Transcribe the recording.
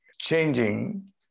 changing